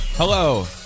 Hello